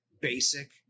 basic